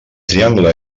triangle